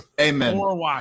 Amen